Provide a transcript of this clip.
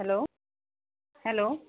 hello hello